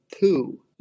poo